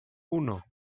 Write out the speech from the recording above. uno